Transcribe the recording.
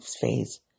phase